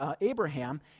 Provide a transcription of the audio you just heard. Abraham